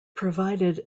provided